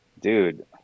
Dude